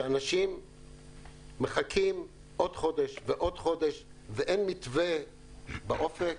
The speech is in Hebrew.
שאנשים מחכים עוד חודש ועוד חודש ואין מתווה באופק.